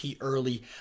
early